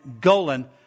Golan